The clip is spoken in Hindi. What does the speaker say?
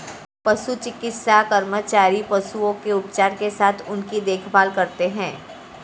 पशु चिकित्सा कर्मचारी पशुओं के उपचार के साथ उनकी देखभाल करते हैं